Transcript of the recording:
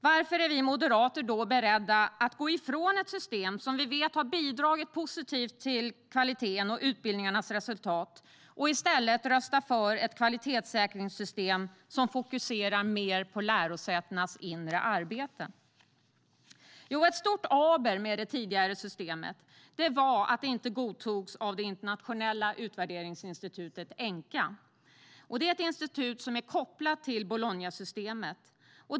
Varför är vi moderater då beredda att gå ifrån ett system som vi vet har bidragit positivt till kvaliteten och utbildningarnas resultat och i stället rösta för ett kvalitetssäkringssystem som fokuserar mer på lärosätenas inre arbete? Jo, ett stort aber med det tidigare systemet var att det inte godtogs av det internationella utvärderingsinstitutet ENQA, ett institut som är kopplat till Bolognasystemet.